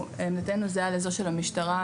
דעתנו זהה לזו של המשטרה.